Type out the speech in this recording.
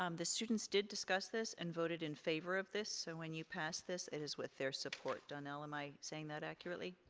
um the students did discuss this and voted in favor of this, so when you pass this it is with their support. donnell, am i saying that accurately?